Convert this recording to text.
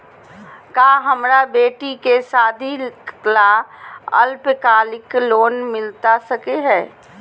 का हमरा बेटी के सादी ला अल्पकालिक लोन मिलता सकली हई?